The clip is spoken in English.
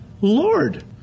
Lord